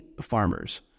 farmers